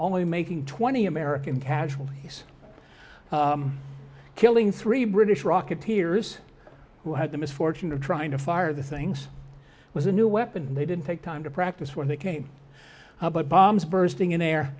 only making twenty american casualties killing three british rocketeers who had the misfortune of trying to fire the things with a new weapon they didn't take time to practice when they came about bombs bursting in air